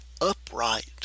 upright